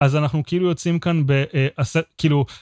אז אנחנו כאילו יוצאים כאן ב.. כאילו.